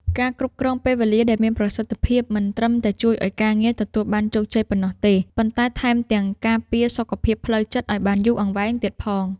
ការគ្រប់គ្រងពេលវេលាដែលមានប្រសិទ្ធភាព មិនត្រឹមតែជួយឱ្យការងារទទួលបានជោគជ័យប៉ុណ្ណោះទេ ប៉ុន្តែថែមទាំងការពារសុខភាពផ្លូវចិត្តឱ្យបានយូរអង្វែងទៀតផង។